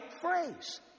phrase